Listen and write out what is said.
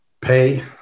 pay